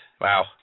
wow